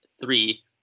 three